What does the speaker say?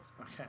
okay